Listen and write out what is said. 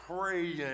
Praying